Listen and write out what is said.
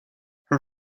her